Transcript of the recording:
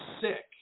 sick